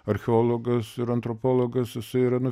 archeologas ir antropologas jisai yra nu